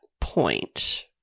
point